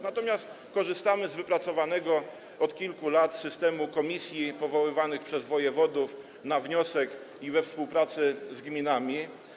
Natomiast korzystamy z wypracowanego od kilku lat systemu komisji powoływanych przez wojewodów na wniosek i we współpracy z gminami.